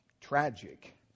tragic